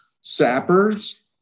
sappers